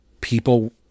people